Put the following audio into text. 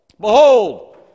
Behold